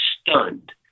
stunned